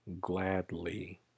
gladly